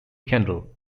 kendall